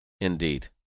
indeed